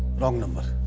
wrong number.